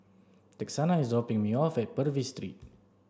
Texanna is dropping me off at Purvis Street